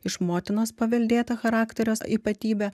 iš motinos paveldėta charakterio ypatybė